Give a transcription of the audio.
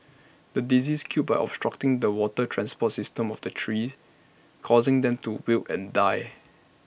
the disease killed by obstructing the water transport system of the trees causing them to wilt and die